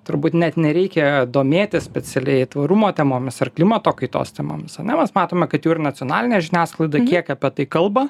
turbūt net nereikia domėtis specialiai tvarumo temomis ar klimato kaitos temomis ane mes matome kad jau ir nacionalinė žiniasklaida kiek apie tai kalba